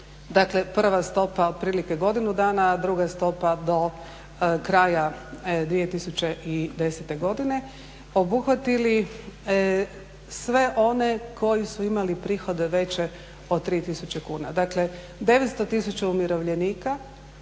dakle prva stopa otprilike godinu dana, a druga stopa do kraja 2010. godine, obuhvatili sve one koji su imali prihode veće od 3 tisuće kuna. Dakle, 900 tisuća umirovljenika